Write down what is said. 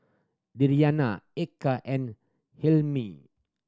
Diyana Eka and Hilmi